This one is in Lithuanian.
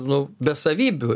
nu be savybių